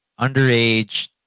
underage